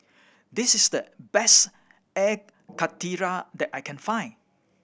this is the best Air Karthira that I can find